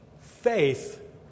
Faith